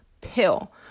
pill